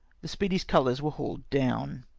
the speedy's colours were hauled down.